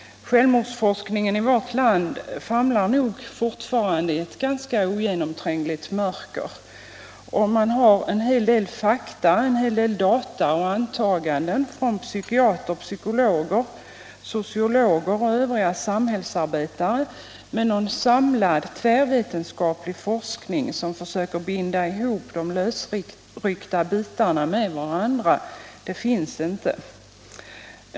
Självmordsforskningen i vårt land famlar nog fortfarande i ett ganska ogenomträngligt mörker. Vi har en hel del fakta, en hel del data och antaganden från psykiatrer, psykologer, sociologer och övriga samhällsarbetare, men någon samlad tvärvetenskaplig forskning som försöker binda ihop de lösryckta bitarna med varandra finns inte.